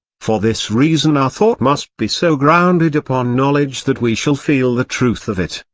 for this reason our thought must be so grounded upon knowledge that we shall feel the truth of it,